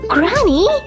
Granny